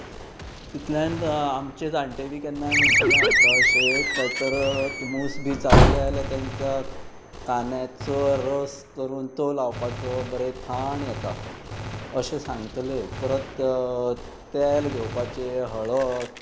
तितल्यान आमचे जाणटे बी केन्नाय म्हणटाले आमकां अशें काय तर मूस बी चावले जाल्यार तेंकां कांद्याचो रस करून तो लावपाचो बरें थंड येता अशें सांगतले परत तेल घेवपाचे हळद